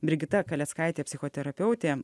brigita kaleckaitė psichoterapeutė